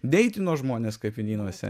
deitino žmonės kapinynuose